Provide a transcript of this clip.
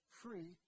free